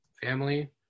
family